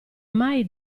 mai